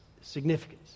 significance